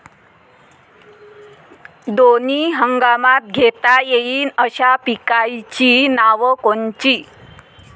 दोनी हंगामात घेता येईन अशा पिकाइची नावं कोनची?